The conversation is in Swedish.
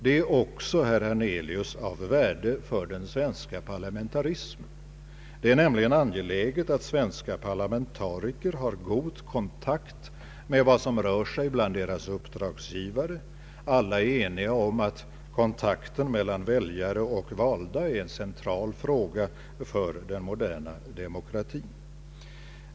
Det är också, herr Hernelius, av värde för den svenska parlamentarismen, Det är nämligen angeläget att svenska parlamentariker har god kontakt med vad som rör sig bland deras uppdragsgivare. Alla är eniga om att kontakten mellan väljare och valda är en central fråga för den moderna demokratin.